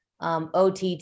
OTT